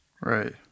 Right